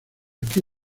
que